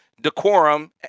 decorum